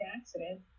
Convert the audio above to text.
accident